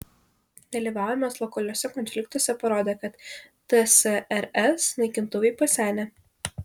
dalyvavimas lokaliuose konfliktuose parodė kad tsrs naikintuvai pasenę